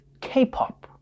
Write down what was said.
K-pop